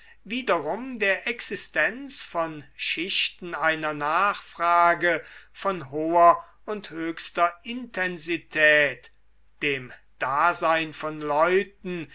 wiederum der existenz von schichten einer nachfrage von hoher und höchster intensität dem dasein von leuten